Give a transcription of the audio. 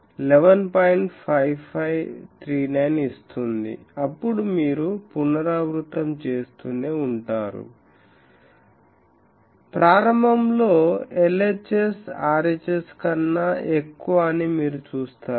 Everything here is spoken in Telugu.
5539 ఇస్తుంది అప్పుడు మీరు పునరావృతం చేస్తూనే ఉంటారు ప్రారంభంలో LHS RHS కన్నా ఎక్కువ అని మీరు చూస్తారు